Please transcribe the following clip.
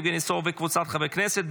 יבגני סובה וקבוצת חברי כנסת,